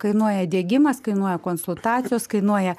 kainuoja diegimas kainuoja konsultacijos kainuoja